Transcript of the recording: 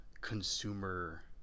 consumer